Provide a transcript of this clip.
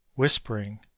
Whispering